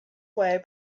way